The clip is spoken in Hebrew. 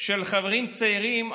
של חברים צעירים,